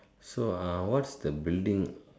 so ah what's the building